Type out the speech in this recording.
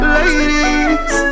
Ladies